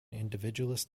individualist